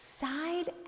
Side